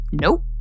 nope